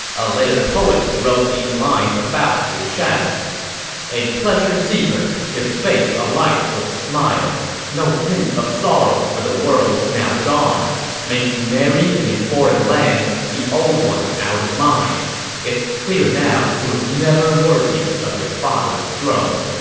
a later poet wrote these lines about liu shan a pleasure-seeker, his face alight with smiles no hint of sorrow for the world now gone making merry in a foreign land, the old one out of mind it's clear now he was never worthy of his father's throne